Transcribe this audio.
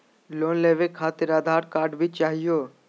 Loan लेवे खातिरआधार card भी चाहियो?